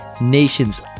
nation's